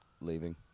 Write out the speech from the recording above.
leaving